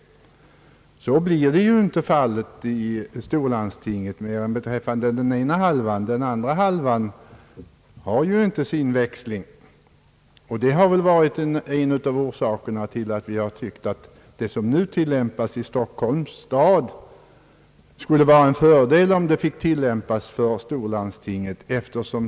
Så blir inte fallet inom storlandstinget, annat än beträffande den ena halvan. Den andra halvan växlar inte på samma sätt. Det har varit en av orsakerna till att vi tyckt att det skulle innebära en fördel om nu gällande ordning för Stockholms stad fick tillämpas för storlandstingets vidkommande.